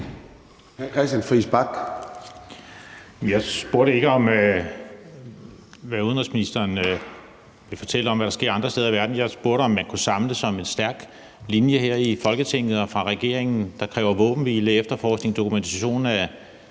Christian Friis Bach.